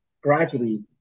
gradually